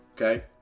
Okay